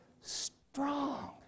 strong